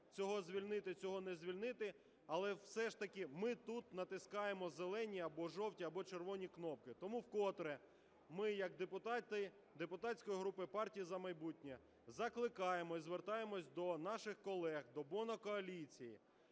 цього звільнити, цього не звільнити. Але все ж таки ми тут натискаємо зелені або жовті, або червоні кнопки. Тому вкотре ми як депутати депутатської групи "Партія "За майбутнє" закликаємо і звертаємось до наших колег, до монокоаліції: